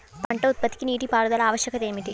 పంట ఉత్పత్తికి నీటిపారుదల ఆవశ్యకత ఏమిటీ?